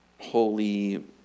holy